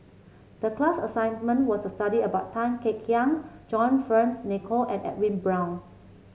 the class assignment was to study about Tan Kek Hiang John Fearns Nicoll and Edwin Brown